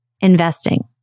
investing